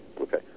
Okay